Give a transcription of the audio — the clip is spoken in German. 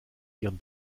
ihren